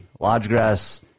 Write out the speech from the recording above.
Lodgegrass